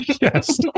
yes